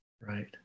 Right